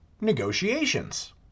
negotiations